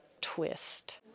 twist